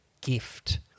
gift